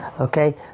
Okay